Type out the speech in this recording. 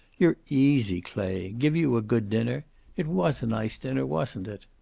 you're easy, clay. give you a good dinner it was a nice dinner, wasn't it?